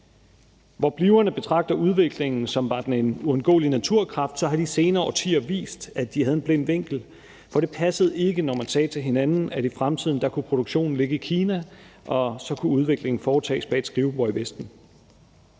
Hvor flytterne betragter udviklingen, som var den en uundgåelig naturkraft, har de senere årtier vidst, at de havde en blind vinkel, for det passede ikke, når man sagde til hinanden, at i fremtiden kunne produktionen ligge i Kina, og så kunne udviklingen foretages bag et skrivebord i Vesten.